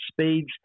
speeds